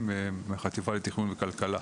מהחטיבה לתכנון וכלכלה.